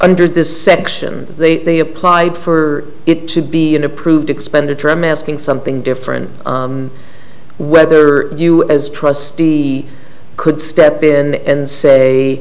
under this section they they applied for it to be an approved expenditure i'm asking something different whether you as trustee could step in and say